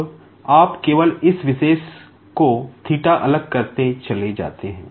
अब आप केवल इस विशेष को अलग करते चले जाते हैं